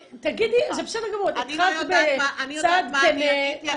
אני יודעת מה אני עשיתי.